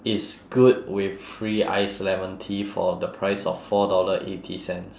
it's good with free ice lemon tea for the price of four dollar eighty cents